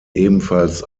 ebenfalls